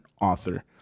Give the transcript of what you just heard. author